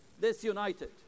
disunited